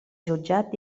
jutjat